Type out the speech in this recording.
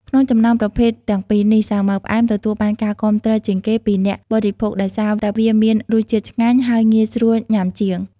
ក្នុងចំណោមប្រភេទទាំងពីរនេះ សាវម៉ាវផ្អែម ទទួលបានការគាំទ្រជាងគេពីអ្នកបរិភោគដោយសារតែវាមានរសជាតិឆ្ងាញ់ ហើយងាយស្រួលញ៉ាំជាង។